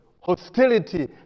hostility